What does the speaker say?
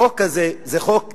החוק הזה זה חוק גזעני,